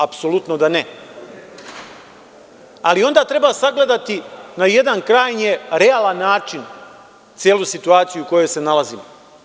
Apsolutno da ne, ali onda treba sagledati na jedan krajnje realan način celu situaciju u kojoj se nalazimo.